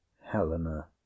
helena